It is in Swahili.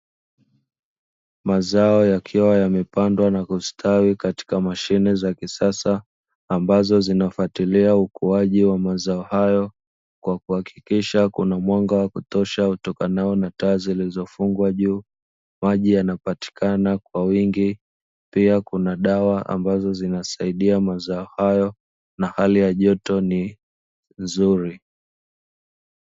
Mazao yakiwa yamepandwa na kustawi katika mashine za kisasa ambazo zinafuatilia ukuaji wa mazao hayo, kwa kuhakikisha kuna mwanga wa kutosha utokanao na taa zilizofungwa juu maji yanapatikana kwa wingi. Pia kuna dawa ambazo zinasaidia mazao hayo na hali ya joto ni nzuri.